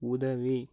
உதவி